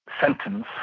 sentence